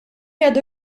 għadu